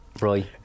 right